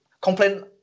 Complain